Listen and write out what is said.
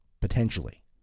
potentially